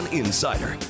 insider